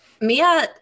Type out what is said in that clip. Mia